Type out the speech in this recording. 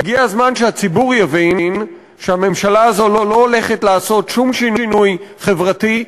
הגיע הזמן שהציבור יבין שהממשלה הזו לא הולכת לעשות שום שינוי חברתי,